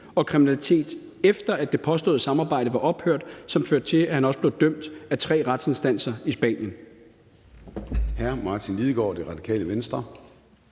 og kriminalitet, efter at det påståede samarbejdet var ophørt, som førte til, at han også blev dømt af tre retsinstanser i Spanien.